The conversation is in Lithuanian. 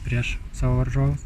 prieš savo varžovus